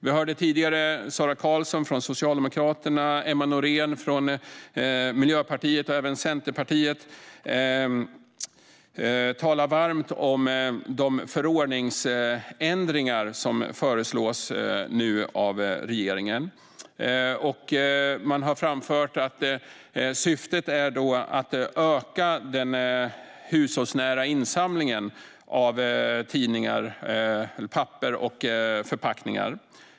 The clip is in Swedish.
Vi hörde tidigare Sara Karlsson från Socialdemokraterna, Emma Nohrén från Miljöpartiet och även Kristina Yngwe från Centerpartiet tala varmt om de förordningsändringar som nu föreslås av regeringen. Man har framfört att syftet är att öka den hushållsnära insamlingen av tidningar, papper och förpackningar.